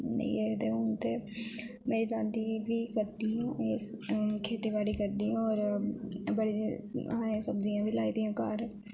नेईं ऐ हुन ते मेरी दादी बी करदी खेती बाड़ी करदी होर बड़े असे सब्जियां बी लाई दियां घर